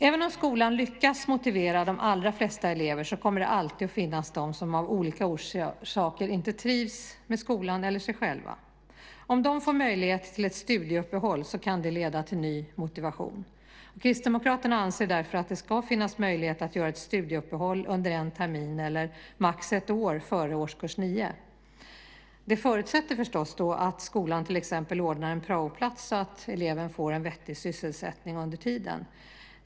Även om skolan lyckas motivera de allra flesta eleverna kommer det alltid att finnas de som av olika orsaker inte trivs med skolan eller sig själva. Om de får möjlighet till ett studieuppehåll kan det leda till ny motivation. Kristdemokraterna anser därför att det ska finnas möjlighet att göra ett studieuppehåll under en termin eller max ett år före årskurs 9. Det förutsätter förstås att skolan till exempel ordnar en praoplats, så att eleven får en vettig sysselsättning under tiden.